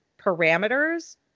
parameters